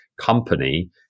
company